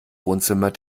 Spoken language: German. wohnzimmer